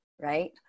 Right